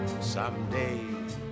Someday